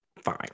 fine